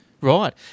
Right